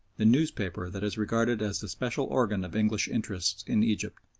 the newspaper that is regarded as the special organ of english interests in egypt.